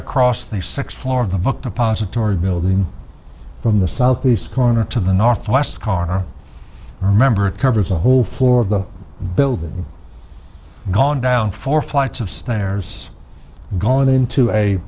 across the sixth floor of the book depository building from the southeast corner to the northwest corner remember it covers the whole floor of the building gone down four flights of stairs going into a